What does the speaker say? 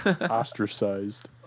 Ostracized